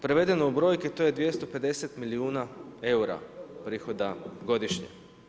Prevedeno u brojke to je 250 milijuna eura prihoda godišnje.